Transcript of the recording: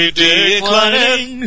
declining